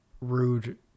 rude